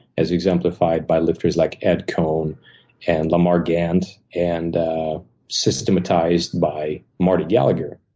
as exemplified by lifters like ed cohen and lamar gant, and systematized by marty gallagher.